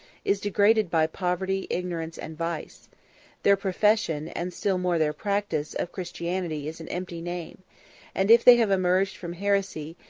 is degraded by poverty, ignorance, and vice their profession, and still more their practice, of christianity is an empty name and if they have emerged from heresy,